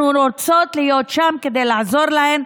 אנחנו רוצות להיות שם כדי לעזור להם,